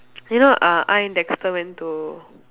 you know uh I and Dexter went to